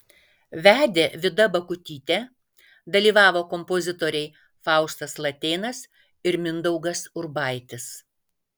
vedė vida bakutytė dalyvavo kompozitoriai faustas latėnas ir mindaugas urbaitis